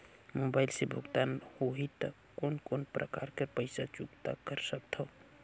Mobile से भुगतान होहि त कोन कोन प्रकार कर पईसा चुकता कर सकथव?